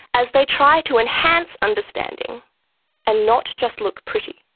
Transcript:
as they try to enhance understanding and not just look pretty.